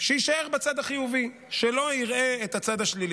שיישאר בצד החיובי, שלא יראה את הצד השלילי.